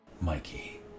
Mikey